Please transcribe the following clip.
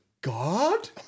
God